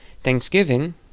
Thanksgiving